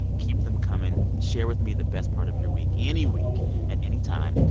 keep them coming. share with me the best part of your week any week at any time.